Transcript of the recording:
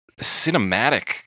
cinematic